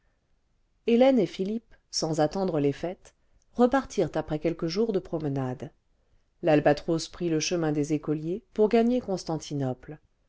hélène et philippe sans attendre les fêtes repartirent après quelques jours de promenades l'albatros prit le chemin des écoliers pour gagner constantinople